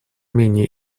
менее